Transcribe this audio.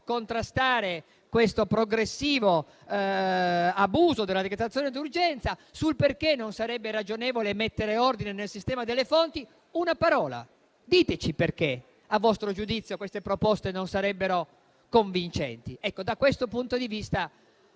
contrastare questo progressivo abuso della decretazione d'urgenza; sul perché non sarebbe ragionevole mettere ordine nel sistema delle fonti. Una parola: diteci perché, a vostro giudizio, queste proposte non sarebbero convincenti. Da questo punto di vista,